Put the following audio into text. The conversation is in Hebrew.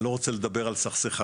אני לא רוצה לדבר על סכסכנות.